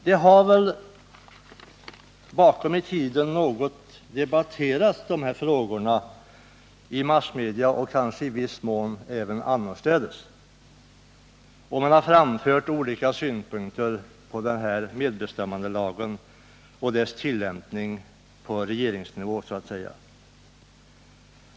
De här frågorna har något debatterats tidigare i massmedia och kanske i viss mån även annorstädes. Man har framfört olika synpunkter på . medbestämmandelagen och dess tillämpning på regeringsnivå, så att säga.